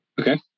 okay